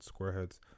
Squareheads